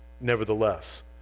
nevertheless